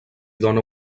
dóna